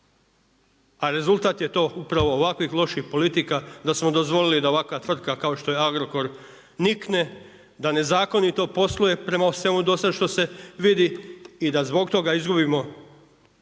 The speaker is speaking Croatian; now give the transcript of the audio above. a rezultat je to upravo ovakvih loših politika, da smo dozvolili da ovakva tvrtka kao što je Agrokor, nikne, da nezakonito posluje prema svemu dosad što se vidi i da zbog toga izgubimo